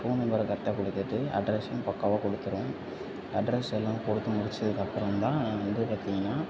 phone நம்பரை கரெக்டாக கொடுத்துட்டு அட்ரஸ்ஸும் பக்காவாக கொடுத்துரணும் அட்ரஸ் எல்லாம் கொடுத்து முடிச்சதுக்கப்பறந்தான் இது பார்த்தீங்கன்னா